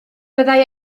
byddai